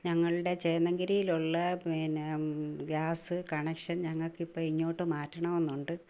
ഞങ്ങളുടെ ചേന്നഗിരിയിലുള്ള പിന്നെ ഗ്യാസ് കണക്ഷൻ ഞങ്ങൾക്കിപ്പോൾ ഇങ്ങോട്ടു മാറ്റണമെന്നുണ്ട്